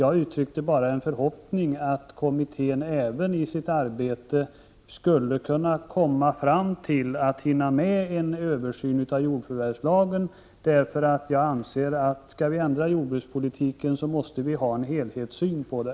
Jag uttryckte bara förhoppningen att kommittén i sitt arbete även skulle hinna med en översyn av jordförvärvslagen. Skall vi ändra jordbrukspolitiken måste vi enligt min mening ha en helhetssyn på den.